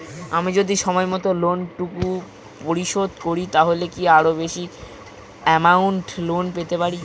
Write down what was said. আমি যদি সময় মত লোন টুকু পরিশোধ করি তাহলে কি আরো বেশি আমৌন্ট লোন পেতে পাড়ি?